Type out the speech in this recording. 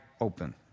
open